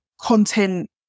content